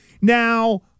Now